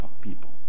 people